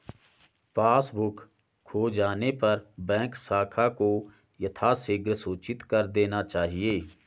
passbook खो जाने पर बैंक शाखा को यथाशीघ्र सूचित कर देना चाहिए